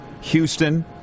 Houston